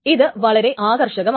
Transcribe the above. ഇത് വളരെ ആകർഷകമാണ്